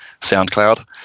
SoundCloud